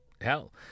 hell